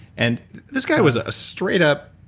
and this guy was a straight up,